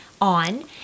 on